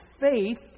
faith